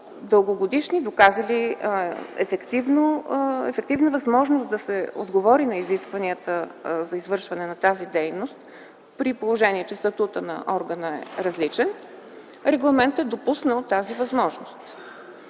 традиции, доказали ефективна възможност да се отговори на изискванията за извършване на тази дейност, при положение че статутът на органа е различен, регламентът е допуснал тази възможност,